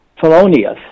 felonious